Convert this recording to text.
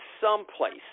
someplace